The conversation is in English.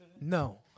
No